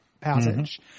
passage